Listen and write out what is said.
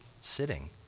sitting